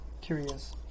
Curious